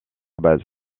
base